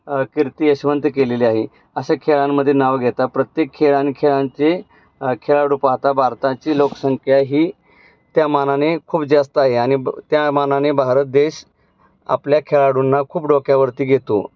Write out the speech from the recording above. कीर्ती यशवंत केलेली आहे अशा खेळांमध्ये नाव घेता प्रत्येक खेळांखेळांचे खेळाडू पाहता भारताची लोकसंख्या ही त्या मानाने खूप जास्त आहे आणि ब त्या मानाने भारत देश आपल्या खेळाडूंना खूप डोक्यावरती घेतो